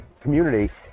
community